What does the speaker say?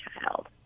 child